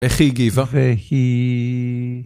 איך היא הגיבה? איך היא...